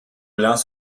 blancs